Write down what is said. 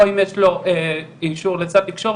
או אם יש לו אישור לסל תקשורת,